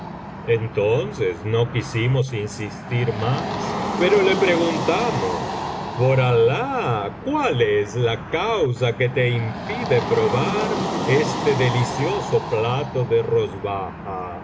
entonces no quisimos insistir más pero le preguntamos por alah cuál es la causa que te im biblioteca valenciana generalitat valenciana histokia del jorobado pide probar este delicioso plato de rozbaja